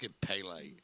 Pele